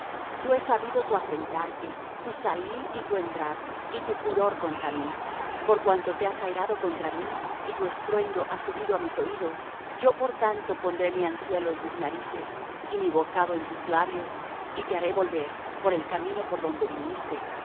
yo he sabido tu asentarte tu salir y tu entrar y tu furor contra mí por cuanto te has airado contra mí y tu estruendo ha subido á mis oídos yo por tanto pondré mi anzuelo en tus narices y mi bocado en tus labios y te haré volver por el camino por donde viniste y